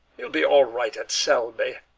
you'll be all right at selby.